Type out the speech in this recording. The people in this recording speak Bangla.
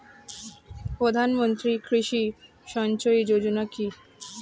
প্রধানমন্ত্রী কৃষি সিঞ্চয়ী যোজনা কি?